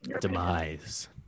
Demise